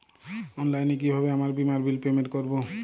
অনলাইনে কিভাবে আমার বীমার বিল পেমেন্ট করবো?